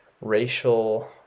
racial